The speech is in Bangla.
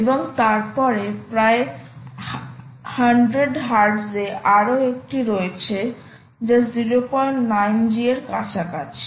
এবং তারপরে প্রায় 100 হার্টজ এ আরও একটি রয়েছে যা 09G এর কাছাকাছি